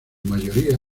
mayoría